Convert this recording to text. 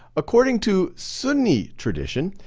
according to sunni tradition,